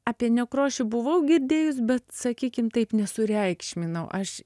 apie nekrošių buvau girdėjus bet sakykim taip nesureikšminau aš